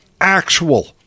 actual